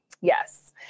Yes